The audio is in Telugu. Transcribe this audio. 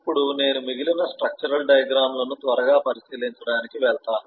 ఇప్పుడు నేను మిగిలిన స్ట్రక్చరల్ డయాగ్రమ్ లను త్వరగా పరిశీలించటానికి వెళ్తాను